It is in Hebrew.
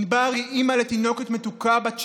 ענבר היא אימא לתינוקת מתוקה בת שנה,